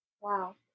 Wow